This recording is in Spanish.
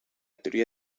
teoría